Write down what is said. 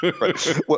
right